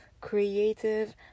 creative